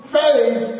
faith